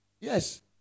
Yes